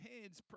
hands